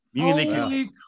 Holy